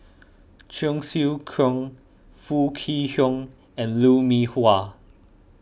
Cheong Siew Keong Foo Kwee Horng and Lou Mee Wah